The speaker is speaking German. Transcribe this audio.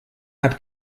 hat